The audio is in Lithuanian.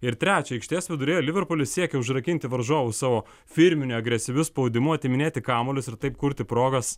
ir trečia aikštės viduryje liverpulis siekė užrakinti varžovus savo firminiu agresyviu spaudimu atiminėti kamuolius ir taip kurti progas